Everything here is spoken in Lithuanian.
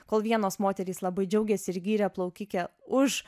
kol vienos moterys labai džiaugėsi ir gyrė plaukikę už